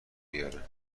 بیاره